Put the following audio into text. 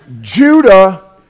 Judah